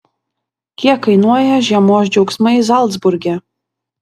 kiek kainuoja žiemos džiaugsmai zalcburge